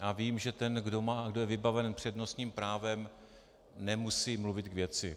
Já vím, že ten, kdo je vybaven přednostním právem, nemusí mluvit k věci.